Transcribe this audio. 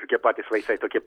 tokie patys vaistai tokie